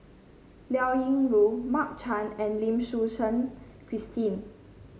Liao Yingru Mark Chan and Lim Suchen Christine